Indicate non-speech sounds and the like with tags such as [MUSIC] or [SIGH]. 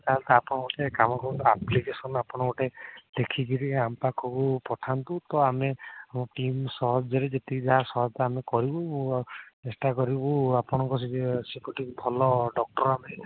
ତା'ହେଲେ ତ ଆପଣ ଗୋଟେ କାମ କରନ୍ତୁ ଆପ୍ଲିକେସନ ଆପଣ ଗୋଟେ ଲେଖିକିରି ଆମ ପାଖକୁ ପଠାନ୍ତୁ ତ ଆମେ ଆମ ଟିମ ସାହାଯ୍ୟରେ ଯେତିକି ଯାହା ସହାୟତା ଆମେ କରିବୁ ଆଉ ଚେଷ୍ଟା କରିବୁ ଆପଣଙ୍କ ସେ [UNINTELLIGIBLE] ଭଲ ଡକ୍ଟର୍ ଆମେ ପଠାଇବୁ ଆଉ